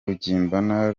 rugimbana